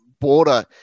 border